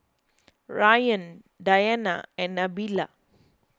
Ryan Dayana and Nabila